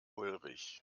ulrich